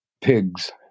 pigs